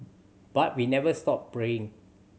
but we never stop praying